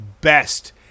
best